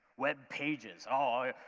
web pages, oh,